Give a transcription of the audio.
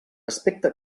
aspecte